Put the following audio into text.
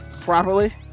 properly